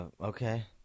Okay